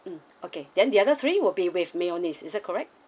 mm okay then the other three will be with mayonnaise is that correct